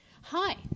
hi